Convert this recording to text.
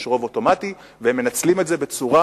יש רוב אוטומטי, והם מנצלים את זה בצורה,